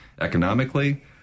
economically